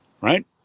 Right